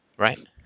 Right